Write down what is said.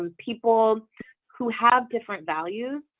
um people who have different values